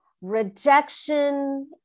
rejection